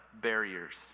barriers